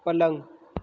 પલંગ